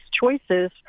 choices